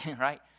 Right